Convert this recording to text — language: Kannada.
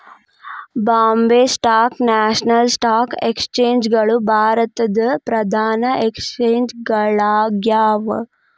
Bombay stock national stock exchange ಗಳು ಭಾರತದ್ ಪ್ರಧಾನ ಎಕ್ಸ್ಚೇಂಜ್ ಗಳಾಗ್ಯಾವ